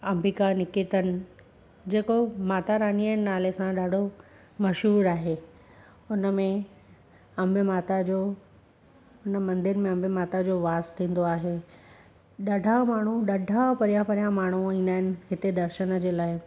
अंबिका निकेतन जेको माता रानीअ नाले सां ॾाढो मशहूरु आहे हुनमें अंबे माता जो हुन मंदर में अंबे माता जो वासु थींदो आहे ॾाढा माण्हू ॾाढा परियां परियां माण्हू ईंदा आहिनि हिते दर्शन जे लाइ